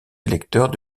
électeurs